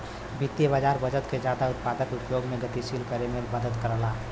वित्तीय बाज़ार बचत के जादा उत्पादक उपयोग में गतिशील करे में मदद करला